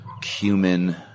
cumin